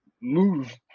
move